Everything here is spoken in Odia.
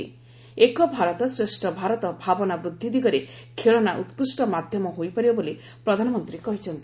ଏକ ଭାରତ ଶ୍ରେଷ ଭାରତ ଭାବନା ବୃଦ୍ଧି ଦିଗରେ ଖେଳନା ଉକ୍ରୁଷ୍ଟ ମାଧ୍ୟମ ହୋଇପାରିବ ବୋଲି ପ୍ରଧାନମନ୍ତ୍ରୀ କହିଛନ୍ତି